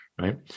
right